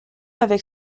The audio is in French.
avec